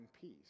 peace